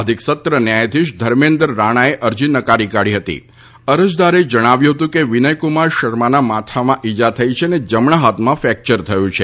અધિક સત્ર ન્યાયધિશ ધર્મેન્દર રાણાએ અરજી નકારી કાઢી હતી અરજદારે જણાવ્યું હતુ કે વિનયકુમાર શર્માના માથામાં ઇજા થઇ છે અને જમણા હાથમાં ફેક્ચર થયું છે